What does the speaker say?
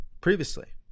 previously